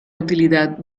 utilidad